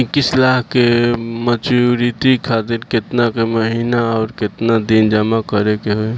इक्कीस लाख के मचुरिती खातिर केतना के महीना आउरकेतना दिन जमा करे के होई?